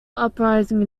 uprising